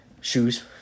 Shoes